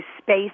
space